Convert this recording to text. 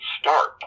start